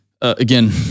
again